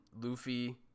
Luffy